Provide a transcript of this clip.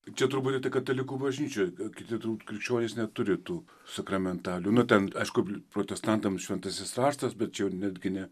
čia turbūt tik katalikų bažnyčioj kiti krikščionys neturi tų sakramentalijų nu ten aišku protestantams šventasis raštas bet čia jau netgi ne